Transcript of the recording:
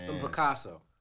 Picasso